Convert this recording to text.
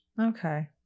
Okay